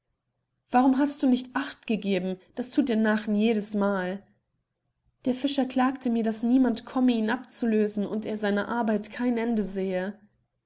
warum hast du nicht acht gegeben das thut der nachen jedesmal der fischer klagte mir daß niemand komme ihn abzulösen und er seiner arbeit kein ende sehe